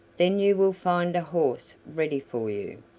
then you will find a horse ready for you,